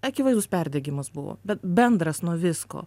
akivaizdus perdegimas buvo be bendras nuo visko